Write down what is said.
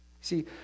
See